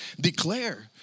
declare